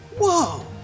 whoa